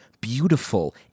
beautiful